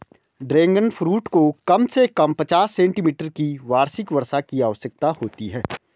dragon fruit को कम से कम पचास सेंटीमीटर की वार्षिक वर्षा की आवश्यकता होती है